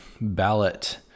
ballot